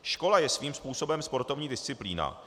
Škola je svým způsobem sportovní disciplína.